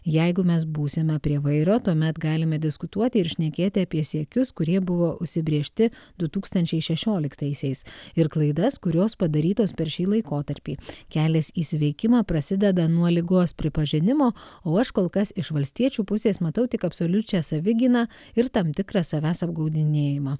jeigu mes būsime prie vairo tuomet galime diskutuoti ir šnekėti apie siekius kurie buvo užsibrėžti du tūkstančiai šešioliktaisiais ir klaidas kurios padarytos per šį laikotarpį kelias į sveikimą prasideda nuo ligos pripažinimo o aš kol kas iš valstiečių pusės matau tik absoliučią savigyną ir tam tikrą savęs apgaudinėjimą